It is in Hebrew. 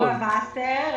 בבקשה.